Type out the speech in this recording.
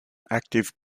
active